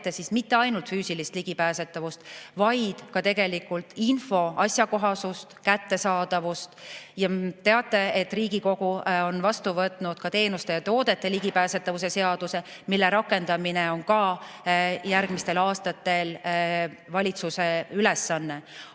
ette mitte ainult füüsilist ligipääsetavust, vaid arvestab ka info asjakohasust ja kättesaadavust. Nagu te teate, Riigikogu on vastu võtnud ka teenuste ja toodete ligipääsetavuse seaduse, mille rakendamine on järgmistel aastatel valitsuse ülesanne. Aga